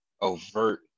overt